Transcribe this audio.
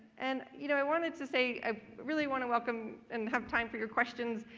and you know, i wanted to say, i really want to welcome and have time for your questions.